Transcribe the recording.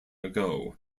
ago